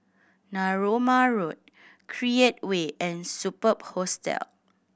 Narooma Road Create Way and Superb Hostel